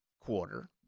quarter